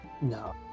No